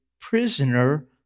prisoner